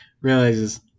realizes